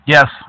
Yes